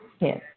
Yes